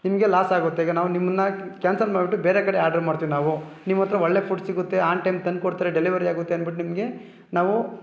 ನಿಮಗೆ ಲಾಸಾಗುತ್ತೆ ಈಗ ನಾವು ನಿಮ್ಮನ್ನು ಕ್ಯಾನ್ಸಲ್ ಮಾಡಿಬಿಟ್ಟು ಬೇರೆ ಕಡೆ ಆರ್ಡರ್ ಮಾಡ್ತೀವಿ ನಾವು ನಿಮ್ಮ ಹತ್ರ ಒಳ್ಳೆಯ ಫುಡ್ ಸಿಗುತ್ತೆ ಆನ್ ಟೈಮ್ ತಂದುಕೊಡ್ತೀರ ಡೆಲಿವರಿ ಆಗುತ್ತೆ ಅನ್ಬಿಟ್ಟು ನಿಮಗೆ ನಾವು